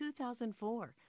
2004